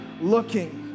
looking